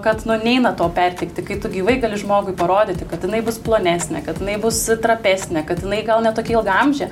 kad nu neina to perteikti kai tu gyvai gali žmogui parodyti kad jinai bus plonesnė kad jinai bus trapesnė kad jinai gal ne tokia ilgaamžė